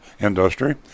industry